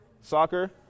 Soccer